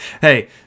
Hey